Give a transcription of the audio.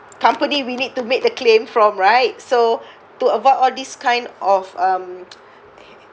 company we need to make the claim from right so to avoid all these kind of um